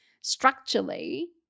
structurally –